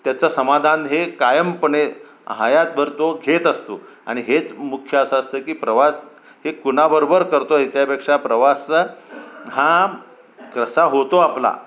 त्याचं समाधान हे कायमपणे हयातभर तो घेत असतो आणि हेच मुख्य असं असतं की प्रवास हे कुणाबरोबर करतो ह्याच्यापेक्षा प्रवास हा कसा होतो आपला